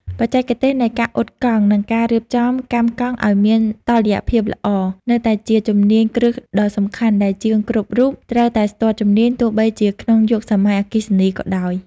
បច្ចេកទេសនៃការអ៊ុតកង់ និងការរៀបចំកាំកង់ឱ្យមានតុល្យភាពល្អ នៅតែជាជំនាញគ្រឹះដ៏សំខាន់ដែលជាងគ្រប់រូបត្រូវតែស្ទាត់ជំនាញទោះបីជាក្នុងយុគសម័យអគ្គិសនីក៏ដោយ។